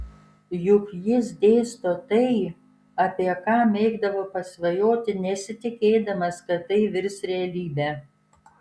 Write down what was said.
juk jis dėsto tai apie ką mėgdavo pasvajoti nesitikėdamas kad tai virs realybe